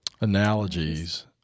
analogies